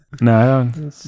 No